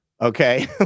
okay